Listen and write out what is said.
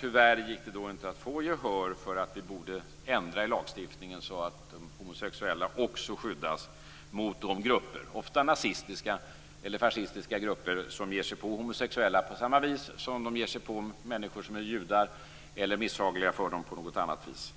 Tyvärr gick det då inte att få gehör för att vi borde ändra i lagstiftningen så att också de homosexuella skyddas mot de grupper - ofta nazistiska eller fascistiska - som ger sig på dem på samma vis som de ger sig på människor som är judar eller som är misshagliga för dem på något annat vis.